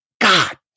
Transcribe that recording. God